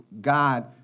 God